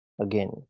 again